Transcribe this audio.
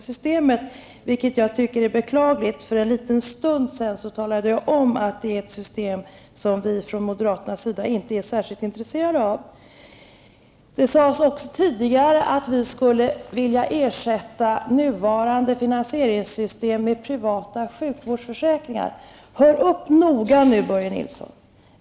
Herr talman! Börje Nilsson refererar fortfarande till det amerikanska systemet, vilket är beklagligt. För en stund sedan talade jag om att det är ett system som vi från moderaternas sida inte är särskilt intresserade av. Det sades också tidigare att vi skulle vilja ersätta nuvarande finansieringssystem med privata sjukvårdsförsäkringar. Hör upp noga nu, Börje Nilsson!